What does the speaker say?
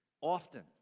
often